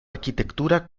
arquitectura